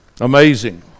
amazing